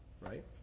right